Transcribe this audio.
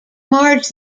marge